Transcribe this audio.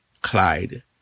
Clyde